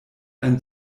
ein